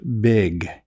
big